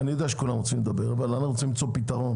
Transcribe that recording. שכולם רוצים לדבר, אבל אנחנו רוצים למצוא פתרון.